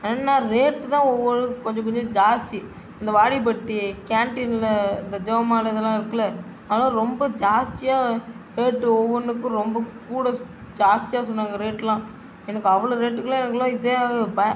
என்ன ரேட்டுதான் ஒவ்வொன்றும் கொஞ்ச கொஞ்ச ஜாஸ்தி இந்த வாடிப்பட்டி கேண்டீன்ல இந்த ஜெபமாலை இதெலாம் இருக்குதில்ல அதெல்லாம் ரொம்ப ஜாஸ்தியாக ரேட்டு ஒவ்வொன்றுக்கும் ரொம்ப கூட சொ ஜாஸ்தியாக சொன்னாங்கள் ரேட்டுலாம் எனக்கு அவ்வளோ ரேட்டுக்குலாம் எனக்குலாம் இதே ஆகலை